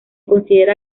considera